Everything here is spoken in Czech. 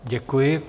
Děkuji.